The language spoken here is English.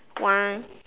one